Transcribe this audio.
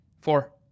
Four